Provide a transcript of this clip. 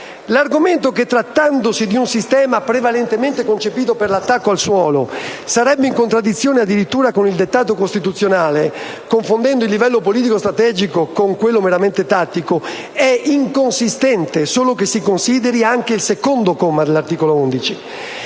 L'argomento che, trattandosi di un sistema prevalentemente concepito per l'attacco al suolo, sarebbe in contraddizione addirittura con il dettato costituzionale, confondendo il livello politico‑strategico con quello meramente tattico, è inconsistente solo che si consideri anche il secondo comma dell'articolo 11.